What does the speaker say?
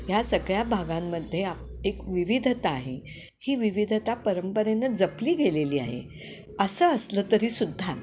ह्या सगळ्या भागांमध्ये आप एक विविधता आहे ही विविधता परंपरेनं जपली गेलेली आहे असं असलं तरीसुद्धा